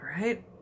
right